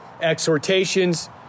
Exhortations